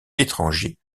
étrangers